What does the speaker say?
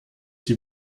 die